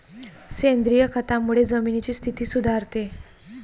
सेंद्रिय खतामुळे जमिनीची स्थिती सुधारते